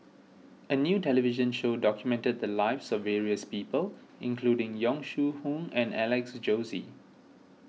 a new television show documented the lives of various people including Yong Shu Hoong and Alex Josey